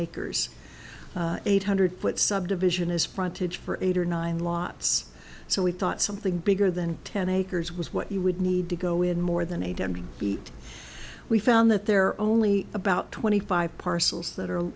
acres eight hundred foot subdivision is frontage for eight or nine lots so we thought something bigger than ten acres was what you would need to go in more than eight hundred feet we found that there are only about twenty five parcels that are